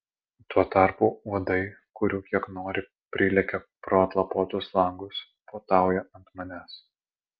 tuo tarpu uodai kurių kiek nori prilekia pro atlapotus langus puotauja ant manęs